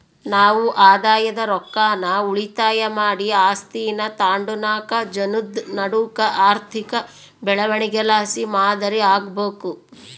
ನಾವು ಆದಾಯದ ರೊಕ್ಕಾನ ಉಳಿತಾಯ ಮಾಡಿ ಆಸ್ತೀನಾ ತಾಂಡುನಾಕ್ ಜನುದ್ ನಡೂಕ ಆರ್ಥಿಕ ಬೆಳವಣಿಗೆಲಾಸಿ ಮಾದರಿ ಆಗ್ಬಕು